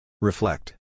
Reflect